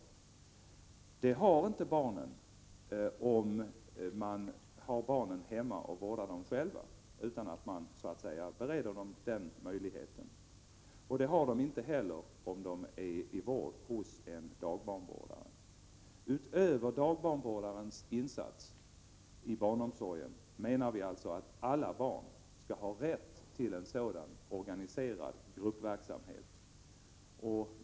Barnen har inte tillgång till denna verksamhet om man har barnen hemma och vårdar dem själv, och det har de inte heller om de är i vård hos dagbarnvårdare. Utöver dagbarnvårdarens insats i barnomsorgen menar vi alltså att alla barn skall ha rätt till sådan organiserad gruppverksamhet.